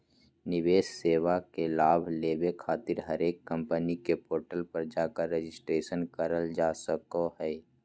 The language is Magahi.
निवेश सेवा के लाभ लेबे खातिर हरेक कम्पनी के पोर्टल पर जाकर रजिस्ट्रेशन करल जा सको हय